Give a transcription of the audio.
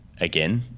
again